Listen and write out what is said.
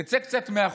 תצא קצת החוצה,